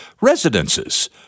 residences